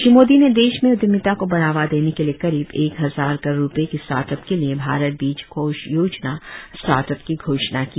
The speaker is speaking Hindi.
श्री मोदी ने देश में उद्यमिता को बढ़ावा देने के लिए करीब एक हजार करोड़ रुपये के स्टार्टअप के लिए भारत बीज कोष योजना स्टार्टअप की घोषणा की